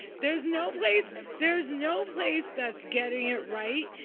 there's no place there's no place that's getting it right.